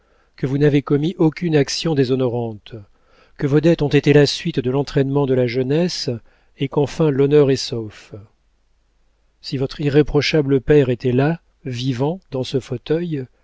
que vous n'avez commis aucune action déshonorante que vos dettes ont été la suite de l'entraînement de la jeunesse et qu'enfin l'honneur est sauf si votre irréprochable père était là vivant dans ce fauteuil